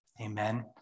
Amen